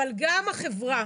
אבל גם החברה,